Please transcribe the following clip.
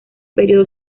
período